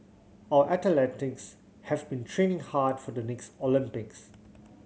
our athletes have been training hard for the next Olympics